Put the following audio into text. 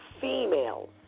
females